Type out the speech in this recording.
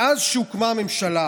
מאז שהוקמה הממשלה